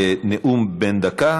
לנאום בן דקה,